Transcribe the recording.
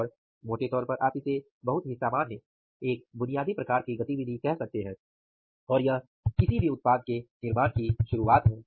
और मोटे तौर पर आप इसे बहुत ही सामान्य एक बुनियादी प्रकार की गतिविधि कह सकते हैं और यह किसी भी उत्पाद के निर्माण की शुरुआत है